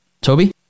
Toby